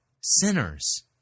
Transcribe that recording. sinners